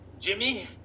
Jimmy